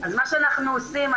אז מה שאנחנו עושים,